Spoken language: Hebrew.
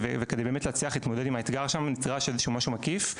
וכדי באמת להצליח להתמודד עם האתגר שלנו הוא יצירה של איזה משהו מקיף.